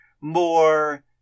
more